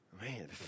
Man